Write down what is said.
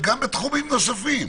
וגם בתחומים נוספים,